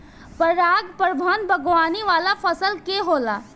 पराग प्रबंधन बागवानी वाला फसल के होला